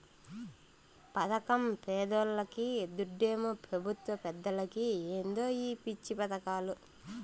పదకం పేదోల్లకి, దుడ్డేమో పెబుత్వ పెద్దలకి ఏందో ఈ పిచ్చి పదకాలు